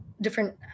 different